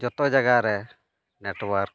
ᱡᱚᱛᱚ ᱡᱟᱭᱜᱟ ᱨᱮ ᱱᱮᱴᱳᱣᱟᱨᱠ